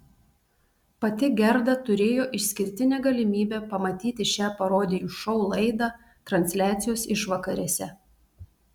pati gerda turėjo išskirtinę galimybę pamatyti šią parodijų šou laidą transliacijos išvakarėse